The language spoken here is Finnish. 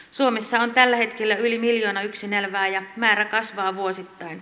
suomessa on tällä hetkellä yli miljoona yksin elävää ja määrä kasvaa vuosittain